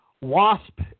wasp